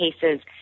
cases